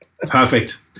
Perfect